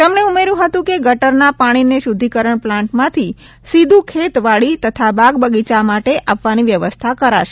તેમણે ઉમેર્યું હતું કે ગટરના પાણીને શુધ્ધિકરણ પ્લાન્ટમાંથી સીધું ખેતીવાડી તથા બાગબગીચા માટે આપવાની વ્યવસ્થા કરાશે